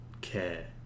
care